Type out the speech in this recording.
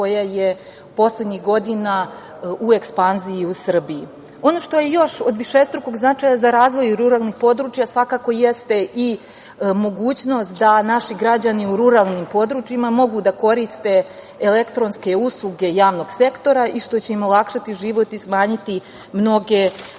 koja je poslednjih godina u ekspanziji u Srbiji. Ono što je od višestrukog značaja za razvoj ruralnih područja svakako jeste i mogućnost da naši građani u ruralnim područjima mogu da koriste elektronske ustupke javnog sektora i što će im olakšati život i smanjiti mnoge